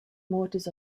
mortars